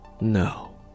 No